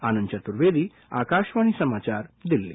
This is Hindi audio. आनंद चतुर्वेदी आकाशवाणी समाचार दिल्ली